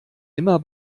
immer